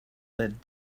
that